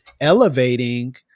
elevating